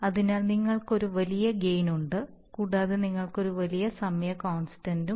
അതിനാൽ നിങ്ങൾക്ക് ഒരു വലിയ ഗെയിൻ ഉണ്ട് കൂടാതെ നിങ്ങൾക്ക് ഒരു വലിയ സമയ കോൺസ്റ്റൻന്റ് ഉണ്ട്